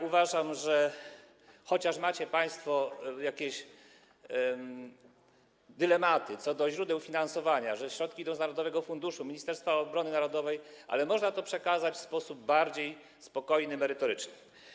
Uważam, że chociaż macie państwo jakieś dylematy co do źródeł finansowania, że środki idą z narodowego funduszu, Ministerstwa Obrony Narodowej, to można to przekazać w sposób bardziej spokojny, merytoryczny.